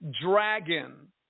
dragon